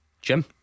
Jim